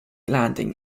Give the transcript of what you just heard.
landing